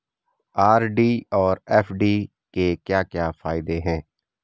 RD और FD के क्या क्या फायदे हैं?